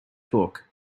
hook